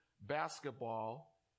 basketball